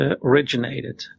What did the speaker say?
originated